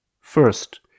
First